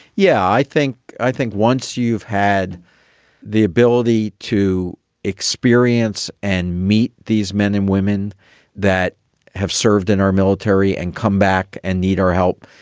yeah, i think i think once you've had the ability to experience and meet these men and women that have served in our military and come back and need our help,